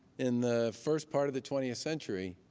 in the first part of the twentieth century,